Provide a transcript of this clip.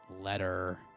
letter